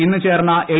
ഇന്ന് ചേർന്ന എൽ